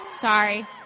sorry